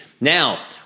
Now